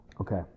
Okay